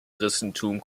christentum